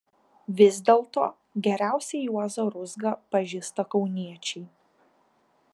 vis dėlto geriausiai juozą ruzgą pažįsta kauniečiai